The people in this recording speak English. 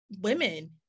women